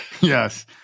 Yes